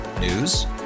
News